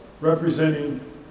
representing